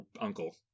uncle